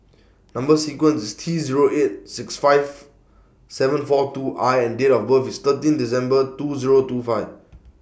Number sequence IS T Zero eight six five seven four two I and Date of birth IS thirteen December two Zero two five